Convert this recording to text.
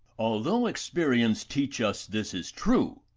although experience teach us this is true,